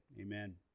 Amen